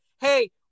hey